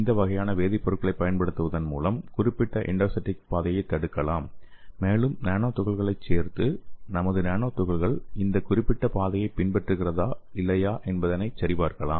இந்த வகையான வேதிப்பொருட்களைப் பயன்படுத்துவதன் மூலம் குறிப்பிட்ட எண்டோசைடிக் பாதையைத் தடுக்கலாம் மேலும் நானோ துகள்களைச் சேர்த்து நமது நானோ துகள்கள் இந்த குறிப்பிட்ட பாதையைப் பின்பற்றுகிறதா இல்லையா என்பதைச் சரிபார்க்கலாம்